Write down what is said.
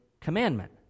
commandment